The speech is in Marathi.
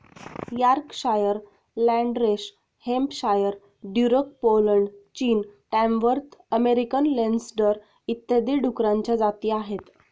Yorkshire, Landrace Hampshire, Duroc Poland, चीन, टॅमवर्थ अमेरिकन लेन्सडर इत्यादी डुकरांच्या जाती आहेत